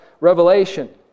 revelation